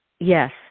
Yes